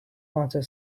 answer